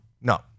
No